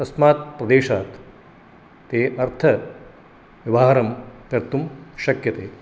तस्मात् प्रदेशात् ते अर्थव्यवहारं कर्तुं शक्यते